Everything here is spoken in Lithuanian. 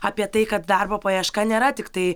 apie tai kad darbo paieška nėra tiktai